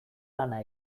lana